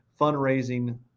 fundraising